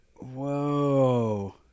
Whoa